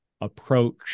approach